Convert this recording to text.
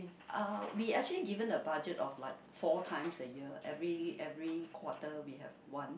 uh we actually given a budget of like four times a year every every quarter we have one